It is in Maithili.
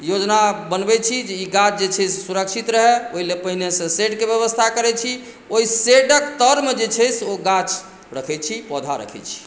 योजना बनबै छी जे ई गाछ जे छै से सुरक्षित रहै ओहि लए पहिने सँ शेडके व्यवस्था करै छी ओहि शेडक तरमे जे छै से ओ गाछ रखै छी पौधा रखै छी